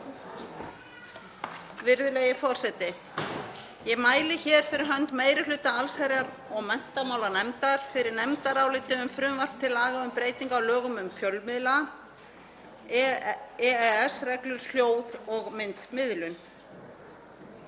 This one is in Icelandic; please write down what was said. Virðulegi forseti. Ég mæli hér fyrir hönd meiri hluta allsherjar- og menntamálanefndar fyrir nefndaráliti um frumvarp til laga um breytingu á lögum um fjölmiðla, EES-reglur, hljóð- og myndmiðlun.